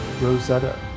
Rosetta